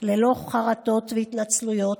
ללא חרטות והתנצלויות.